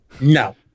No